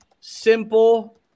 simple